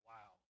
Wow